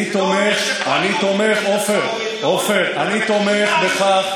אני תומך, עופר, עופר, אני תומך בכך,